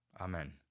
Amen